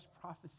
prophecy